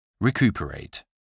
Recuperate